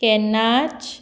केन्नाच